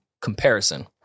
comparison